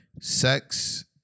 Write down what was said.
sex